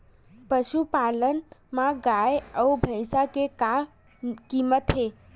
पशुपालन मा गाय अउ भंइसा के का कीमत हे?